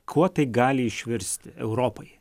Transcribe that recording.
kuo tai gali išvirsti europoje